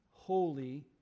Holy